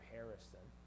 Harrison